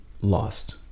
lost